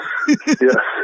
Yes